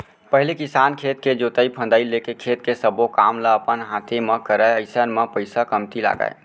पहिली किसान खेत के जोतई फंदई लेके खेत के सब्बो काम ल अपन हाते म करय अइसन म पइसा कमती लगय